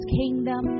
kingdom